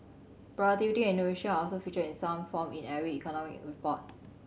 productivity and innovation are also featured in some form in every economic report